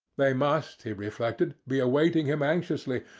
they must, he reflected, be awaiting him anxiously,